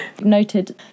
Noted